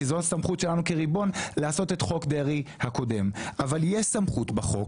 כי זאת הסמכות שלנו כריבון לעשות את חוק דרעי הקודם אבל יש סמכות בחוק